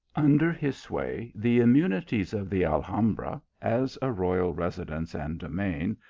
under his sway, the immunities of the alhambra, as a royal residence and domain,